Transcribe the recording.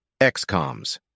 XCOMS